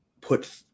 put